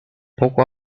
poco